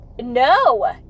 No